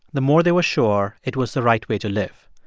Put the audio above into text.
the more they were sure it was the right way to live.